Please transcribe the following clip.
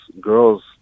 girls